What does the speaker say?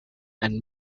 and